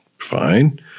Fine